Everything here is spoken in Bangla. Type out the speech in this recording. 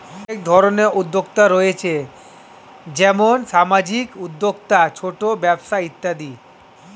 অনেক ধরনের উদ্যোক্তা রয়েছে যেমন সামাজিক উদ্যোক্তা, ছোট ব্যবসা ইত্যাদি